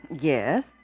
Yes